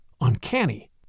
uncanny